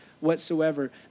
whatsoever